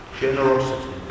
Generosity